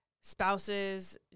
spouses